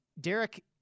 Derek